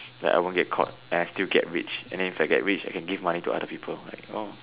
like I won't get caught and I still get rich and if I get rich I can give money to other people like